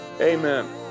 Amen